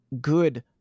good